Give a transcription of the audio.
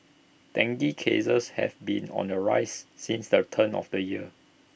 dengue cases have been on the rise since the turn of the year